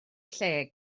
lle